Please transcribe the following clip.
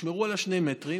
תשמרו על שני מטרים